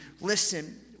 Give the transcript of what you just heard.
Listen